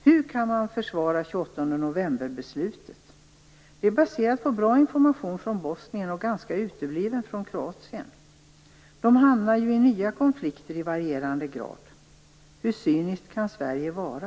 Hur kan man försvara 28 november-beslutet? Det är baserat på bra information från Bosnien men ganska utebliven sådan från Kroatien. De hamnar ju i nya konflikter i varierande grad. Hur cyniskt kan Sverige vara?